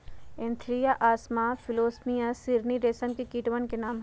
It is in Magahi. एन्थीरिया असामा फिलोसामिया रिसिनी रेशम के कीटवन के नाम हई